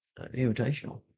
Invitational